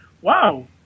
wow